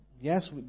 yes